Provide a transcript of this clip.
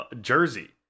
jersey